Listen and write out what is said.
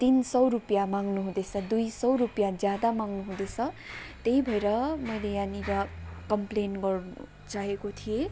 तिन सय रुपियाँ माग्नु हुँदैछ दुई सय रुपयाँ ज्यादा माग्नु हुँदैछ त्यही भएर मैले यहाँनिर कम्प्लेन गर्नु चाहेको थिएँ